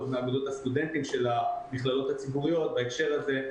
מאגודות הסטודנטים של המכללות הציבוריות בהקשר הזה.